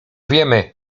wiemy